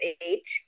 eight